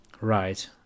Right